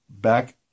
back